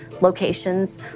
locations